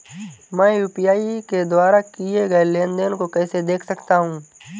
मैं यू.पी.आई के द्वारा किए गए लेनदेन को कैसे देख सकता हूं?